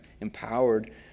empowered